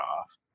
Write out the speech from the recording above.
off